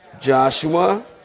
Joshua